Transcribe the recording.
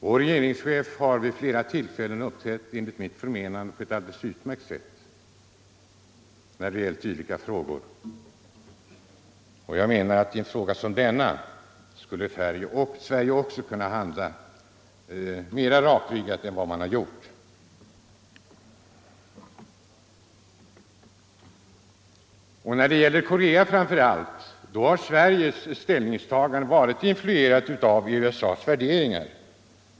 Vår regeringschef har vid flera tillfällen enligt mitt förmenande uppträtt på ett alldeles utmärkt sätt när det gällt dylika frågor. Och jag anser att i en fråga som denna skulle Sverige också kunna handla mer rakryggat än man gjort. Framför allt när det gäller Korea har Sveriges ställningstagande varit influerat av USA:s värderingar.